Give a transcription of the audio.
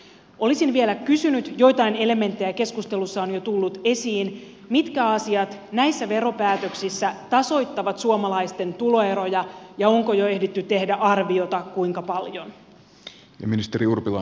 olisin vielä kysynyt joitain elementtejä keskustelussa on jo tullut esiin mitkä asiat näissä veropäätöksissä tasoittavat suomalaisten tuloeroja ja onko jo ehditty tehdä arviota kuinka paljon